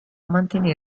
mantenere